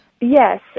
Yes